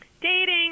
dating